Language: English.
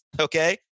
okay